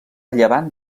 llevant